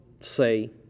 say